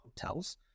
hotels